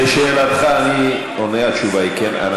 אני, לשאלתך, אני עונה: התשובה היא כן.